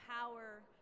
power